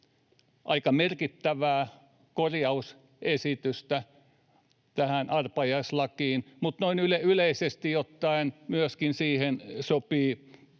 aika merkittävää korjausesitystä tähän arpajaislakiin, mutta noin yleisesti ottaen myöskin siihen sopii